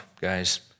guys